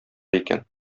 икән